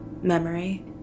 memory